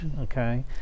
okay